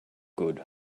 good